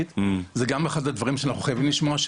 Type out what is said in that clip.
אז